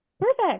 Perfect